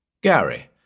Gary